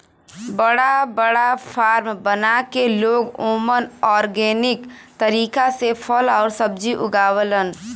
बड़ा बड़ा फार्म बना के लोग ओमन ऑर्गेनिक तरीका से फल आउर सब्जी उगावलन